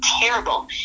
terrible